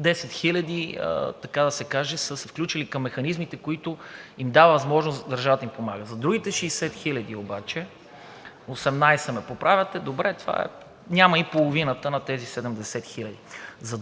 10 хиляди, така да се каже, са се включили към механизмите, които им дава възможност държавата да им помага. За другите 60 хиляди обаче (реплика), 18, ме поправят, добре, това няма и половината на тези 70 хиляди.